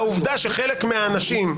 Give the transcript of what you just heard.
העובדה שחלק מהאנשים,